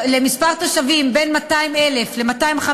לרשות מקומית שמספר תושביה בין 200,000 ל-250,000,